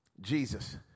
Jesus